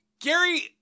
Gary